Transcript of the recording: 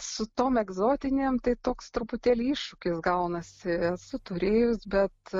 su tom egzotiniam tai toks truputėlį iššūkis gaunasi esu turėjus bet